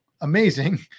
amazing